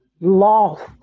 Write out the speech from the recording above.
lost